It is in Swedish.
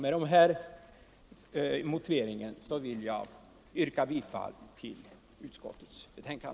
Med denna motivering vill jag yrka bifall till utskottets hemställan.